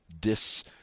dis